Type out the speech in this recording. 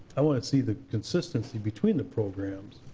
i want to see the consistency between the programs.